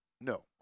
No